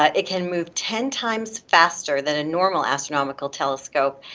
ah it can move ten times faster than a normal astronomical telescope,